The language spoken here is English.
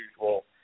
usual